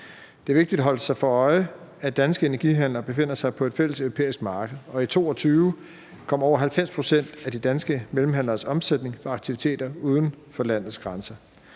Det er vigtigt at holde sig for øje, at danske energihandlere befinder sig på et fælles europæisk marked, og i 2022 kom over 90 pct. af de danske mellemhandleres omsætning fra aktiviteter uden for landets grænse.